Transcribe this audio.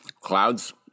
Clouds